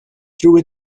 through